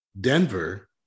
Denver